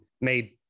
made